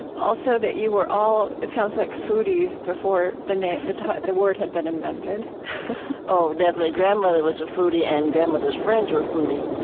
and also, that you were all, it sounds like, foodies before the name, the the word had been invented oh, definitely. grandmother was a foodie, and grandmother's friends were foodies.